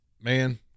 Man –